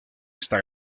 esta